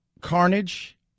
carnage